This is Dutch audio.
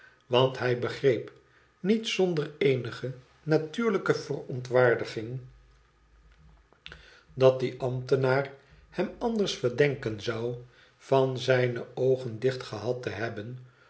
want hij begreep niet zonder eenige natuurlijke verontwaardiging dat die ambtenaar hem anders verdenken zou van zijne oogen dicht gehad te hebben